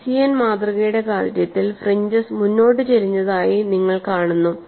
SEN മാതൃകയുടെ കാര്യത്തിൽ fringes മുന്നോട്ട് ചരിഞ്ഞതായി നിങ്ങൾ കാണുന്നു